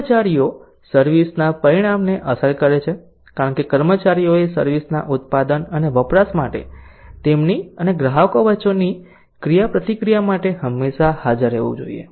કર્મચારીઓ સર્વિસ ના પરિણામને અસર કરે છે કારણ કે કર્મચારીઓએ સર્વિસ નાં ઉત્પાદન અને વપરાશ માટે તેમની અને ગ્રાહકો વચ્ચે ક્રિયાપ્રતિક્રિયા માટે હંમેશા હાજર રહેવું જોઈએ